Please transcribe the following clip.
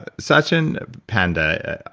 satchin panda,